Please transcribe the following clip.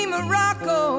Morocco